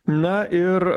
na ir